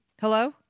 hello